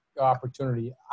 opportunity